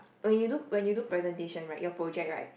when you do when you do presentation right your project right